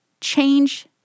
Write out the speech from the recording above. change